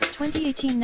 2018